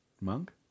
monk